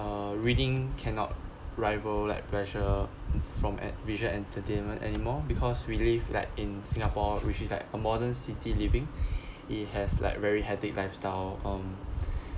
uh reading cannot rival like pleasure from at visual entertainment anymore because we live like in singapore which is like a modern city living it has like very hectic lifestyle um